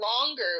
longer